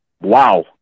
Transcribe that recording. Wow